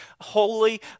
holy